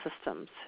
systems